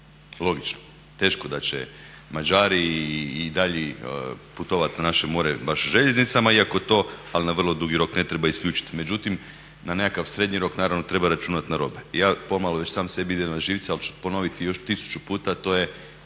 Logično. Teško da će Mađari i dalji putovat na naše more baš željeznicama iako to ali na vrlo dugi rok ne treba isključiti, međutim na nekakav srednji rok naravno treba računat na robe. I ja pomalo već sam sebi idem na živce ali ću ponoviti još tisuću puta, to je